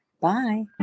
Bye